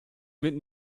mit